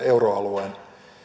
euroalueen